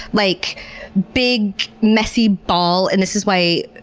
like big, messy ball. and this is why,